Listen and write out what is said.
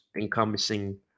encompassing